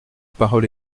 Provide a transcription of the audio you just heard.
parole